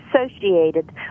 associated